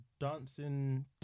dancing